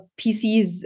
PCs